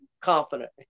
confident